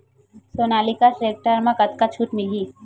Sonalika tractor म कतका छूट मिलही?